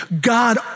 God